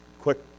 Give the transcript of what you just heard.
quick